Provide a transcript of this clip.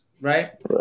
Right